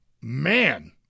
man